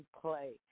play